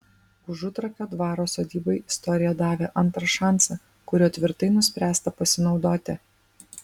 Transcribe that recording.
užutrakio dvaro sodybai istorija davė antrą šansą kuriuo tvirtai nuspręsta pasinaudoti